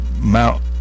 Mount